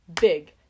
big